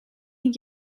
een